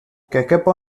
cacapon